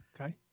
Okay